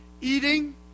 eating